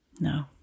No